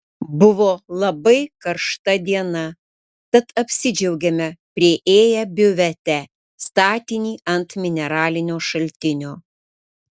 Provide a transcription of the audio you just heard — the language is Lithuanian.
buvo labai karšta diena tad apsidžiaugėme priėję biuvetę statinį ant mineralinio šaltinio